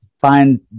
find